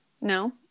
No